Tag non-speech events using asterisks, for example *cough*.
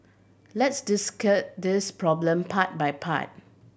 let's *unintelligible* this problem part by part